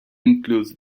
includes